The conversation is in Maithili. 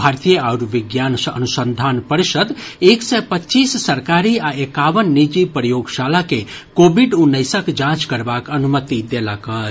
भारतीय आयुर्विज्ञान अनुसंधान परिषद् एक सय पच्चीस सरकारी आ एकावन निजी प्रयोगशाला के कोविड उन्नैसक जांच करबाक अनुमति देलक अछि